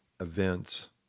events